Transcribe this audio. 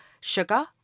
sugar